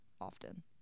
often